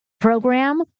program